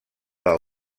del